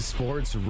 Sports